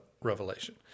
revelation